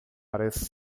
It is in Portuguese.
parece